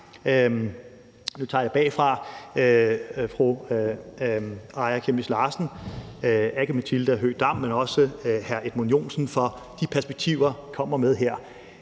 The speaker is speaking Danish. nu starter jeg bagfra – fru Aaja Chemnitz Larsen, fru Aki-Matilda Høegh-Dam, men også hr. Edmund Joensen for de perspektiver, de kommer med her.